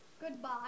Goodbye